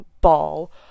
ball